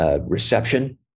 reception